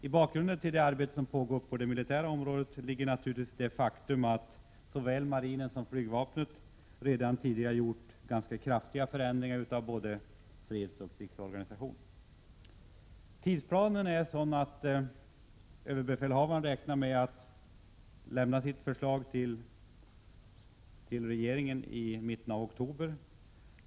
Beträffande det arbete som pågår på det militära området vill jag framhålla att i bakgrunden naturligtvis finns det faktum att såväl marinen som flygvapnet redan tidigare har gjort ganska kraftiga förändringar av både fredsoch krigsorganisationen. När det gäller tidsplanen räknar överbefälhavaren med att lämna sitt förslag till regeringen i mitten av oktober.